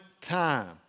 time